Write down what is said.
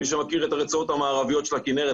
מי שמכיר את הרצועות המערביות של הכנרת,